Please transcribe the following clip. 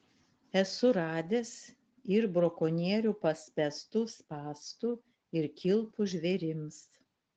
esu radęs ir brakonierių paspęstų spąstų ir kilpų žvėrims